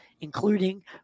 including